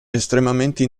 estremamente